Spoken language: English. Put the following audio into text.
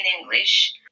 English